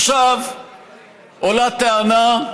עכשיו עולה טענה,